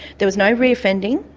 there was no re-offending,